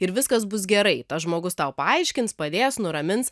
ir viskas bus gerai tas žmogus tau paaiškins padės nuramins